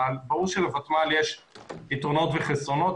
ברור שלוותמ"ל יש יתרונות וחסרונות,